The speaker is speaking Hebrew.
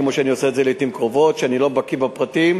כמו שאני עושה לעתים קרובות כשאני לא בקי בפרטים,